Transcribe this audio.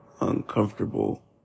uncomfortable